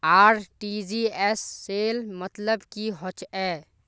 RTGS सेल मतलब की होचए?